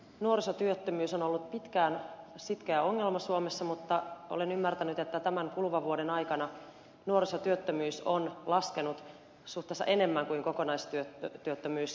nuorisotyöttömyys on ollut pitkään sitkeä ongelma suomessa mutta olen ymmärtänyt että tämän kuluvan vuoden aikana nuorisotyöttömyys on laskenut suhteessa enemmän kuin kokonaistyöttömyys